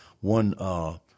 one